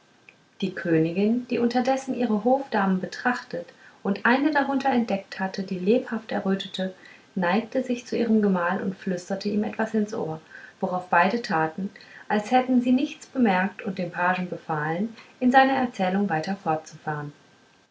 die königin die unterdessen ihre hofdamen betrachtet und eine darunter entdeckt hatte die lebhaft errötete neigte sich zu ihrem gemahl und flüsterte ihm etwas ins ohr worauf beide taten als hätten sie nichts bemerkt und dem pagen befahlen in seiner erzählung weiter fortzufahren